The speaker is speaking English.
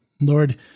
Lord